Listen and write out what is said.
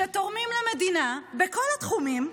שתורמים למדינה בכל התחומים,